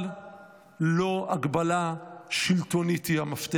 אבל לא הגבלה שלטונית היא המפתח.